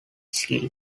skills